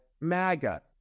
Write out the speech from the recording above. MAGA